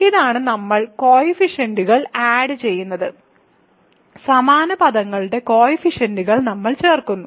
ഇതാണ് നമ്മൾ കോയിഫിഷ്യന്റുകൾ ആഡ് ചെയ്യുന്നത് സമാന പദങ്ങളുടെ കോയിഫിഷ്യന്റുകൾ നമ്മൾ ചേർക്കുന്നു